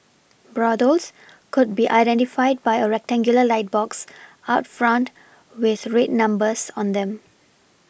brothels could be identified by a rectangular light box out front with red numbers on them